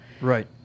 Right